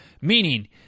Meaning